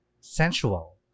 Sensual